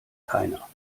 keiner